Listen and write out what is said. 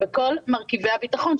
בכל מרכיבי הביטחון.